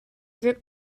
grip